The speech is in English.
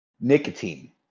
Nicotine